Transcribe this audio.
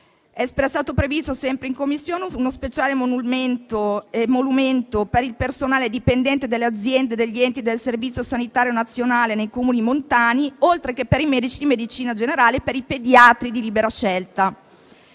È stato previsto in Commissione uno speciale emolumento per il personale dipendente delle aziende e degli enti del Servizio sanitario nazionale nei Comuni montani, oltre che per i medici di medicina generale e per i pediatri di libera scelta.